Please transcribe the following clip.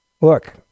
Look